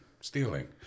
stealing